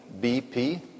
BP